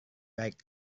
baik